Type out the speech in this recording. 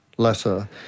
letter